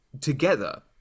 together